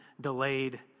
delayed